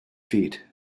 feet